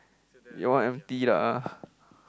your one empty lah